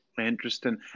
Interesting